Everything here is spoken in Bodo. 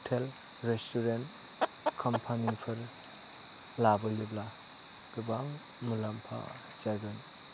हटेल रेस्टुरेन्ट कम्पानिफोर लाबोयोब्ला गोबां मुलामफा जागोन